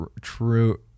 True